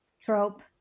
trope